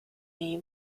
may